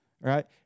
right